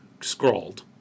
scrawled